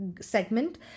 segment